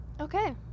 okay